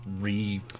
re